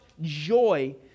joy